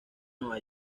nueva